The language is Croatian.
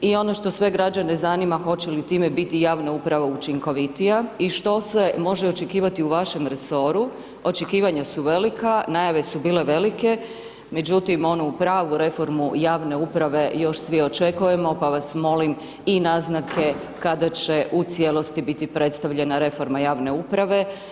I ono što sve građane zanima, hoće li time biti javna uprava učinkovitija i što se može očekivati u vašem resoru, očekivanja su velika, najave su bile velike, međutim, onu pravu reformu javne uprave još svi očekujemo, pa vas molim i naznake kada će u cijelosti biti predstavljena reforma javne uprave.